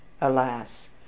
alas